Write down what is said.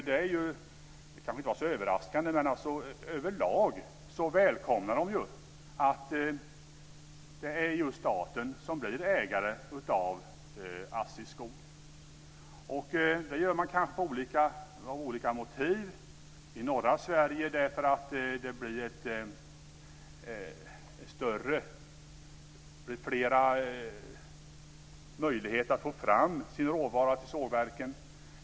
Det kanske inte var så överraskande, men de välkomnar överlag att det är just staten som blir ägare av Assis skog. Det gör man kanske av olika motiv. I norra Sverige gör man det kanske därför att det blir större möjligheter att få fram råvaran till sågverken.